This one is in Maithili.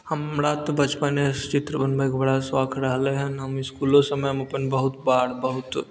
हमरा तऽ बचपने सऽ चित्र बनबैके बड़ा शौख रहलै हन हम इसकुलो समयमे अपन बहुत बार बहुत